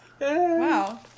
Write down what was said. Wow